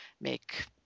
make